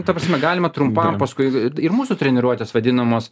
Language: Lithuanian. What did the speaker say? ta prasme galima trumpam paskui ir mūsų treniruotės vadinamos